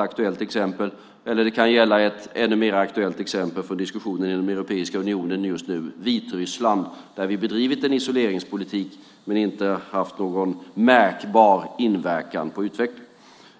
aktuella exemplet Zimbabwe eller ett ännu mer aktuellt exempel, med för närvarande diskussioner i Europeiska unionen, nämligen Vitryssland. Vi har bedrivit en isoleringspolitik, men den har inte haft någon märkbar inverkan på utvecklingen.